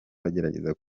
bagerageza